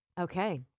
okay